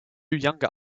younger